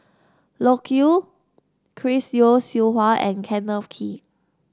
Loke Yew Chris Yeo Siew Hua and Kenneth Kee